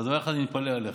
אבל בדבר אחד אני מתפלא עליך,